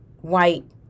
white